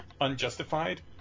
unjustified